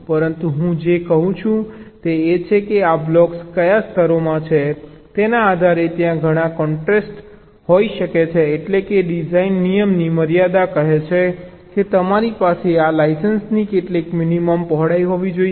પરંતુ હું જે કહું છું તે એ છે કે આ બ્લોક્સ કયા સ્તરોમાં છે તેના આધારે ત્યાં ઘણા કૉન્સ્ટ્રેંટ હોઈ શકે છે એટલેકે ડિઝાઇન નિયમની મર્યાદા કહે છે કે તમારી પાસે આ લાઇન્સની કેટલીક મિનિમમ પહોળાઈ હોવી જોઈએ